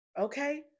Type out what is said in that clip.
okay